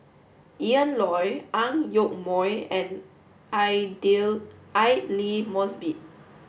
Ian Loy Ang Yoke Mooi and Aidli Mosbit